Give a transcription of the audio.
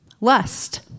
Lust